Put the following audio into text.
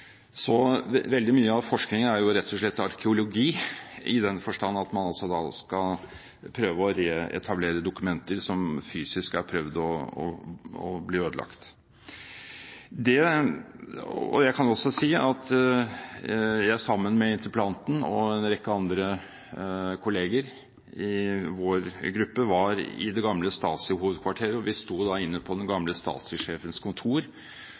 Så veldig mye av forskning er rett og slett arkeologi, i den forstand at man prøver å reetablere dokumenter som rent fysisk har blitt forsøkt ødelagt. Jeg var, sammen med interpellanten og en rekke andre kolleger i vår gruppe, i det gamle Stasi-hovedkvarteret, og vi sto inne på den gamle Stasi-sjefens kontor